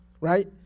right